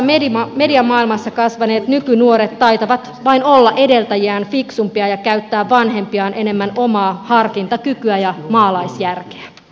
globaalissa mediamaailmassa kasvaneet nykynuoret taitavat vain olla edeltäjiään fiksumpia ja käyttää vanhempiaan enemmän omaa harkintakykyä ja maalaisjärki